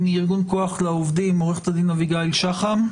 מארגון כוח לעובדים עורכת הדין אביגיל שחם,